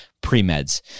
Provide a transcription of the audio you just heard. pre-meds